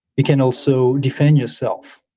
you can also defend yourself.